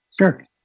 Sure